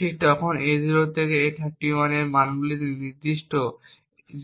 ঠিক যখন A0 থেকে A31 এর মানগুলিতে এই নির্দিষ্ট